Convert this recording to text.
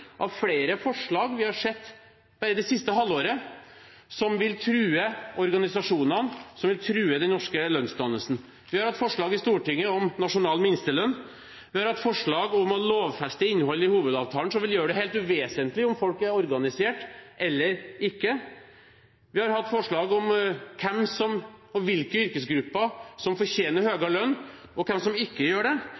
av flere forslag vi har sett det siste halvåret, som vil true organisasjonene og true den norske lønnsdannelsen. Vi har hatt forslag i Stortinget om nasjonal minstelønn, vi har hatt forslag om å lovfeste innholdet i hovedavtalen og som vil gjøre det helt uvesentlig om folk er organisert eller ikke, vi har hatt forslag om hvem og hvilke yrkesgrupper som fortjener